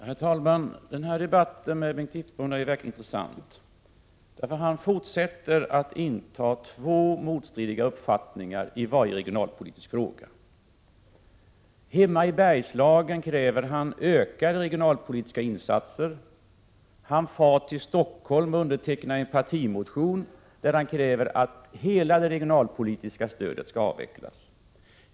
Herr talman! Den här debatten med Bengt Wittbom är verkligen intressant. Han fortsätter att inta två motstridiga uppfattningar i varje regionalpolitisk fråga. Hemma i Bergslagen kräver han ökade regionalpoli tiska insatser. Han far till Stockholm och undertecknar en partimotion där — Prot. 1987/88:43 han kräver att hela det regionalpolitiska stödet skall avvecklas.